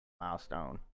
milestone